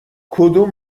کدوم